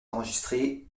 enregistrée